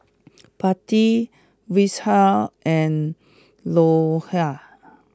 Potti Vishal and Rohit